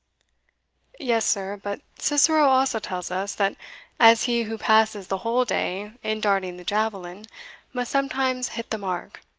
yes, sir but cicero also tells us, that as he who passes the whole day in darting the javelin must sometimes hit the mark,